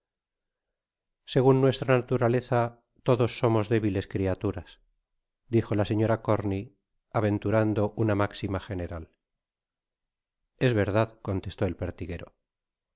segun nuestra naturaleza todos somos débiles criaturas dijo la señora corney aventurando una máxima general es verdad contestó el pertiguero